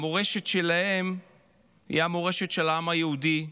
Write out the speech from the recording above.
המורשת שלהם היא המורשת של העם היהודי,